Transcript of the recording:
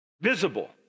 visible